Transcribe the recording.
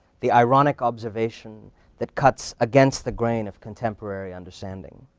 the ironic observation that cuts against the grain of contemporary understanding.